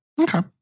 Okay